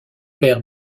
père